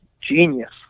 genius